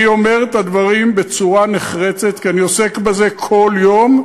אני אומר את הדברים בצורה נחרצת כי אני עוסק בזה כל יום,